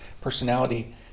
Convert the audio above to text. personality